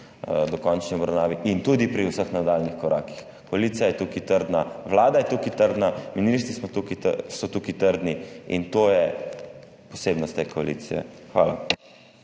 dokončni obravnavi in tudi pri vseh nadaljnjih korakih. Koalicija je tukaj trdna, vlada je tukaj trdna, ministri so tukaj trdni in to je posebnost te koalicije. Hvala.